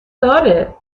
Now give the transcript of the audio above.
داره